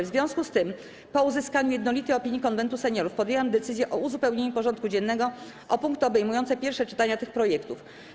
W związku z tym, po uzyskaniu jednolitej opinii Konwentu Seniorów, podjęłam decyzję o uzupełnieniu porządku dziennego o punkty obejmujące pierwsze czytania tych projektów.